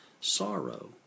sorrow